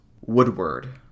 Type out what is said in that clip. Woodward